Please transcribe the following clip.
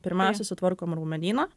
pirmiausiai sutvarkom raumenyną